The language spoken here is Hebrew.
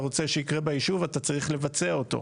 רוצה שיקרה בישוב אתה צריך לבצע אותו.